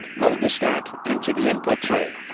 load the stack into the input tray,